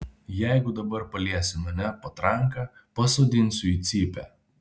jeigu dabar paliesi mane patranka pasodinsiu į cypę